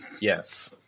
Yes